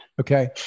Okay